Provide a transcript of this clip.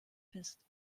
bist